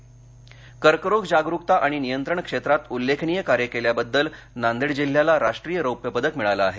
नांदेड कर्करोग जागरूकता आणि नियंत्रण क्षेत्रात उल्लेखनीय कार्य केल्याबदल नांदेड जिल्ह्याला राष्ट्रीय रौप्यपदक मिळालं आहे